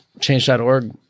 change.org